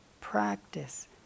practice